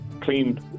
clean